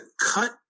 cut